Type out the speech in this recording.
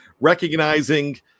recognizing